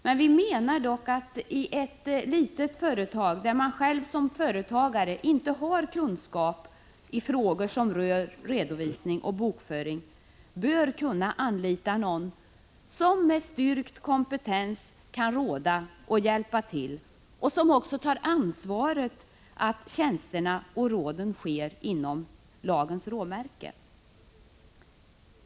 Men vi menar att ett litet företag, där man själv som företagare inte har kunskap i frågor som rör redovisning och bokföring, bör kunna anlita någon som med styrkt kompetens kan råda och hjälpa till och som också tar ansvar för att tjänsterna och råden sker inom lagens råmärken.